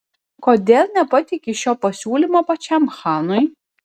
kodėl nepateikei šio pasiūlymo pačiam chanui